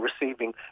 receiving